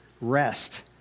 rest